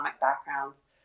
backgrounds